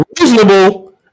Reasonable